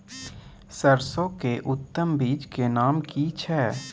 सरसो के उत्तम बीज के नाम की छै?